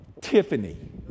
Tiffany